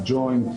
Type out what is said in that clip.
הג'וינט,